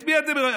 את מי אתם מרמים?